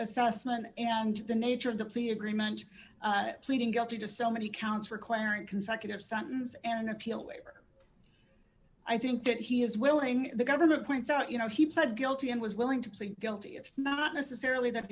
assessment and the nature of the plea agreement pleading guilty to so many counts requiring consecutive sentences and appealing for i think that he is willing the government points out you know he pled guilty and was willing to plead guilty it's not necessarily that